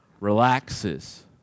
relaxes